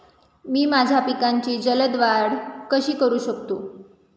मी माझ्या पिकांची जलद वाढ कशी करू शकतो?